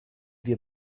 wir